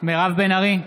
מירב בן ארי,